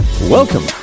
Welcome